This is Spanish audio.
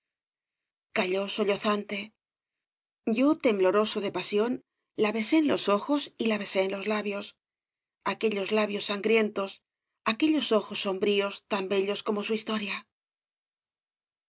asesinado calló sollozante yo tembloroso de pasión iís obras de valle i n clan la besé en los ojos y la besé en los lab aquellos labios sangrientos aquellos ojos sombríos tan bellos como su historia